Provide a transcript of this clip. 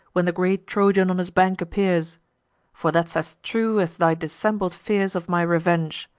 when the great trojan on his bank appears for that's as true as thy dissembled fears of my revenge.